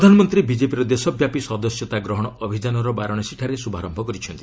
ପ୍ରଧାନମନ୍ତ୍ରୀ ବିଜେପିର ଦେଶବ୍ୟାପୀ ସଦସ୍ୟତା ଗ୍ରହଣ ଅଭିଯାନର ବାରାଣସୀଠାରେ ଶୁଭାରମ୍ଭ କରିଛନ୍ତି